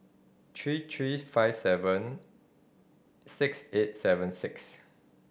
three three five seven six eight seven six